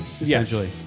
essentially